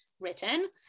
written